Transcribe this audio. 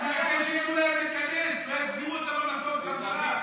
אני מבקש שייתנו להם להיכנס ולא יחזירו אותם למטוס חזרה.